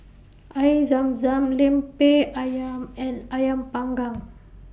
Air Zam Zam Lemper Ayam and Ayam Panggang